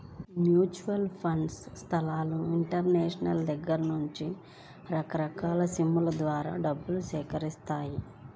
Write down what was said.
mutual fund సంస్థలు ఇన్వెస్టర్ల దగ్గర నుండి రకరకాల స్కీముల ద్వారా డబ్బును సేకరిత్తాయి